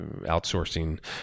Outsourcing